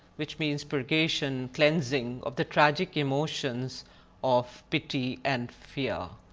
which means purgation, cleansing of the tragic emotions of pity and fear.